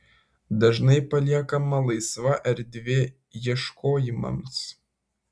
dažnai paliekama laisva erdvė ieškojimams